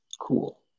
Cool